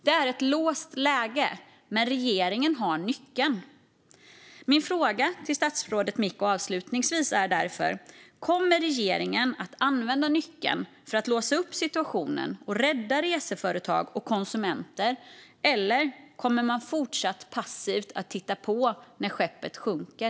Det är ett låst läge, men regeringen har nyckeln. Min fråga till statsrådet Micko är därför: Kommer regeringen att använda nyckeln för att låsa upp situationen och rädda reseföretag och konsumenter, eller kommer man att fortsätta att passivt titta på när skeppet sjunker?